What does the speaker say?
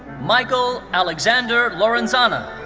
michael alexander lorenzana.